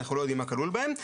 אנחנו לא יודעים מה כלול בהם,